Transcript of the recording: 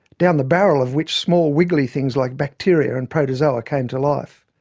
down the barrel of which small wiggly things like bacteria and protozoa came to life.